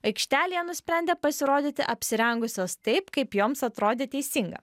aikštelėje nusprendė pasirodyti apsirengusios taip kaip joms atrodė teisinga